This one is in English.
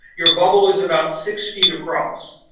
your bubble is about six feet across.